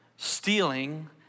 stealing